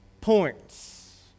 points